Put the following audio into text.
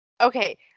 Okay